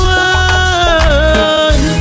one